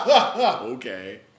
okay